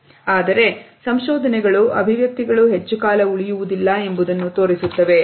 ಆದರೆ ಸಂಶೋಧನೆಗಳು ಅಭಿವ್ಯಕ್ತಿಗಳು ಹೆಚ್ಚು ಕಾಲ ಉಳಿಯುವುದಿಲ್ಲ ಎಂಬುದನ್ನು ತೋರಿಸುತ್ತವೆ